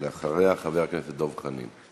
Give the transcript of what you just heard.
חבר הכנסת דב חנין.